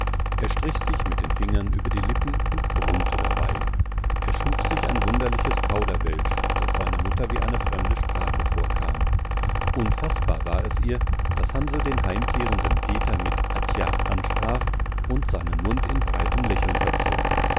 er strich sich mit den fingern über die lippen und brummte dabei er schuf sich ein wunderliches kauderwelsch das seiner mutter wie eine fremde sprache vorkam unfaßbar war es ihr daß hansl den heimkehrenden peter mit atja ansprach und seinen mund in breitem lächeln verzog